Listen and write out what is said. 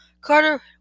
Carter